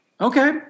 Okay